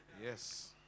Yes